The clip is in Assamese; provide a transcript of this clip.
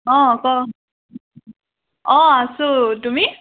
অ ক' অ আছোঁ তুমি